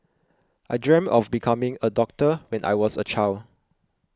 I dreamt of becoming a doctor when I was a child